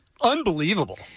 Unbelievable